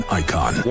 icon